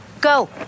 Go